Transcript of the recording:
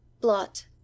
blot